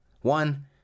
One